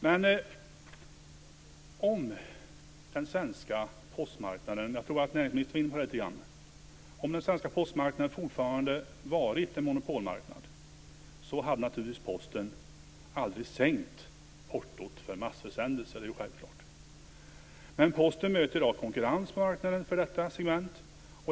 Men om den svenska postmarknaden - jag tror att näringsministern var inne på det lite grann - fortfarande hade varit en monopolmarknad hade Posten naturligtvis aldrig sänkt portot för massförsändelser. Det är självklart. Men Posten möter i dag konkurrens på marknaden vad gäller detta segment.